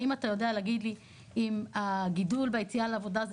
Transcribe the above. האם אתה יודע להגיד לי אם הגידול ביציאה לעבודה זה